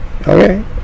Okay